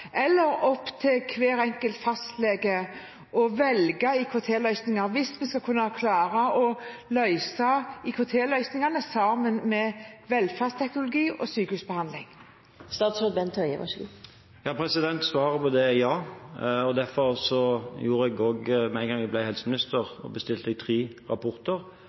eller hver enkelt fastlege å velge IKT-løsninger, og sånn at vi skal klare å løse IKT-utfordringene sammen med velferdsteknologi og sykehusbehandling? Svaret på det er ja. Derfor bestilte jeg, med en gang jeg ble helseminister, tre rapporter